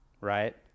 Right